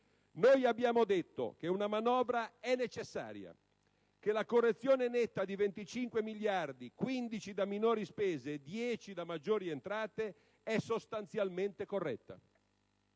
Noi abbiamo detto che una manovra è necessaria, che la correzione netta di 25 miliardi - 15 da minori spese e 10 da maggiori entrate - è sostanzialmente corretta.